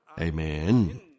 Amen